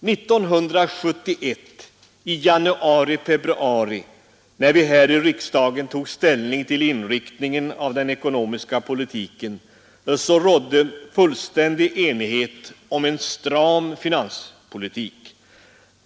När vi i januari-februari 1971 här i riksdagen tog ställning till inriktningen av den ekonomiska politiken, rådde fullständig enighet om en stram finanspolitik.